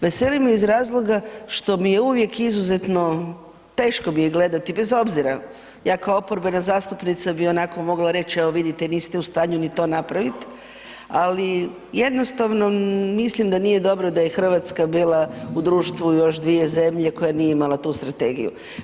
Veseli me iz razloga što mi je uvijek izuzetno, teško mi je gledati bez obzira, ja kao oporbena zastupnica bi onako mogla reć evo vidite niste u stanju ni to napravit, ali jednostavno mislim da nije dobro da je RH bila u društvu još dvije zemlje koje nije imala tu strategiju.